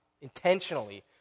intentionally